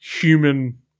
human